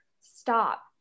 stop